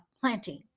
planting